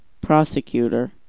prosecutor